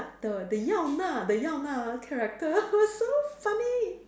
the the Yao Na the Yao Na character was so funny